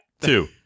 two